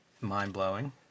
Mind-blowing